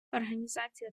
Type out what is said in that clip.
організація